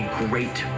great